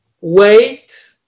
wait